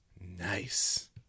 Nice